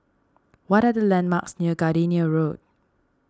what are the landmarks near Gardenia Road